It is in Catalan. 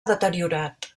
deteriorat